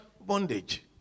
bondage